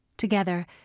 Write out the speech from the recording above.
Together